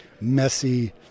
messy